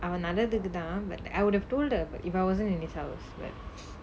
அவ நலத்துக்கு தான்:ava nalathukku thaan like I would have told her but if I wasn't in his house like